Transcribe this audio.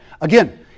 Again